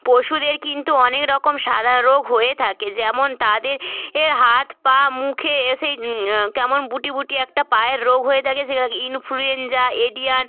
পশুদের কিন্তু অনেক রকম সাদা রোগ হয়ে থাকে যেমন তাদের এর হাত পা মুখে এ সেই কেমন বুটি বুটি একটা পায়ের রোগ হয়ে থাকে সেটাকে ইনফ্লুয়েঞ্জা এভিয়ান